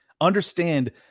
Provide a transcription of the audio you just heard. Understand